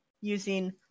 using